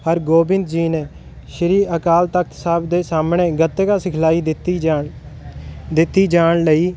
ਹਰਗੋਬਿੰਦ ਜੀ ਨੇ ਸ੍ਰੀ ਅਕਾਲ ਤਖਤ ਸਾਹਿਬ ਦੇ ਸਾਹਮਣੇ ਗੱਤਕਾ ਸਿਖਲਾਈ ਦਿੱਤੀ ਜਾਣ ਦਿੱਤੀ ਜਾਣ ਲਈ